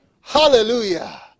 Hallelujah